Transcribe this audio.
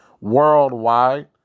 worldwide